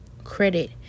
credit